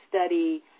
study